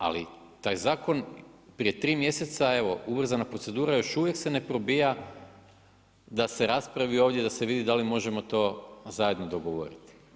Ali taj zakon prije tri mjeseca ubrzana procedura još uvijek se ne probija da se raspravi ovdje da se vidi da li možemo to zajedno dogovoriti.